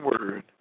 word